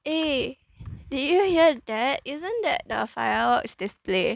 eh did you hear that isn't that the fireworks display